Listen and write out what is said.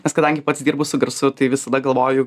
nes kadangi pats dirbu su garsu tai visada galvoju